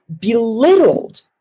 belittled